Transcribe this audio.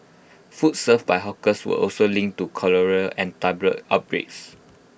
food served by hawkers were also linked to cholera and typhoid outbreaks